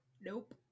Nope